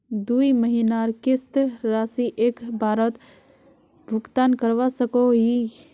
दुई महीनार किस्त राशि एक बारोत भुगतान करवा सकोहो ही?